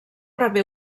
rebé